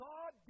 God